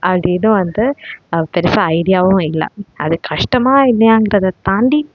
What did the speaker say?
அப்படின்னு வந்து பெருசா ஐடியாவும் இல்லை அது கஷ்டமாக இல்லையாங்கிறதை தாண்டி